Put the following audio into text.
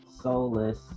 soulless